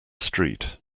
street